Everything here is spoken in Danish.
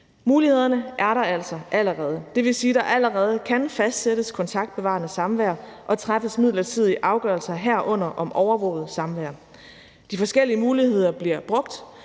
Mulighederne er der altså allerede. Det vil sige, at der allerede kan fastsættes kontaktbevarende samvær og træffes midlertidige afgørelser, herunder om overvåget samvær. De forskellige muligheder bliver brugt,